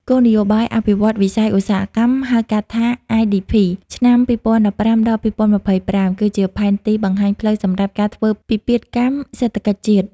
គោលនយោបាយអភិវឌ្ឍន៍វិស័យឧស្សាហកម្ម ហៅកាត់ថា IDP ឆ្នាំ ២០១៥ ដល់២០២៥ គឺជាផែនទីបង្ហាញផ្លូវសម្រាប់ការធ្វើពិពិធកម្មសេដ្ឋកិច្ចជាតិ។